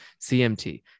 CMT